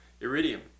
Iridium